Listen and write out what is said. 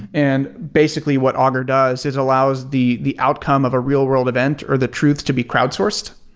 and basically what augur does, it allows the the outcome of a real-world event or the truths to be crowd sourced.